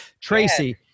Tracy